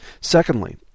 Secondly